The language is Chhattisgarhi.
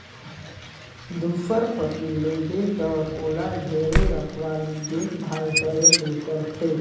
दूसर फसिल लेबे त ओला ढेरे रखवाली देख भाल करे ले परथे